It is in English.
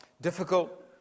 difficult